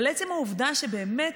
אבל עצם העובדה שבאמת